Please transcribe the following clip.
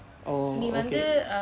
oh okay